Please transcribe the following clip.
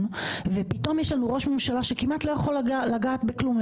ופתאום יש לנו ראש ממשלה שכמעט לא יכול לגעת בכלום,